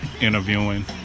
interviewing